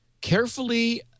carefully